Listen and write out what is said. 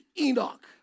Enoch